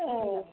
औ